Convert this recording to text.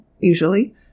usually